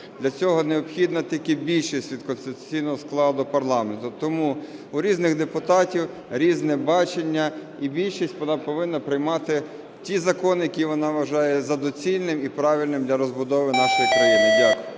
для цього необхідна тільки більшість від конституційного складу парламенту. Тому в різних депутатів різне бачення, і більшість, вона повинна приймати ті закони, які вона вважає за доцільне і правильним для розбудови нашої країни. Дякую.